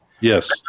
Yes